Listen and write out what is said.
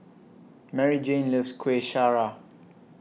Maryjane loves Kueh Syara